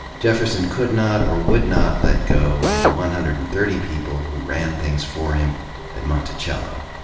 jefferson could not, or would not, let go of the one hundred and thirty people who ran things for him at montice yeah llo.